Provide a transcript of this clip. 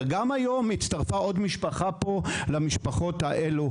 וגם היום הצטרפה עוד משפחה למשפחות האלה,